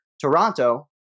Toronto